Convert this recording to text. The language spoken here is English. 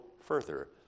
further